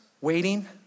Waiting